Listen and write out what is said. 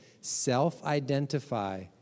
self-identify